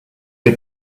you